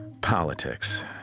politics